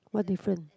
what different